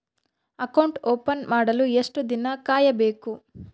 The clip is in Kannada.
ಅಕೌಂಟ್ ಓಪನ್ ಮಾಡಲು ಎಷ್ಟು ದಿನ ಕಾಯಬೇಕು?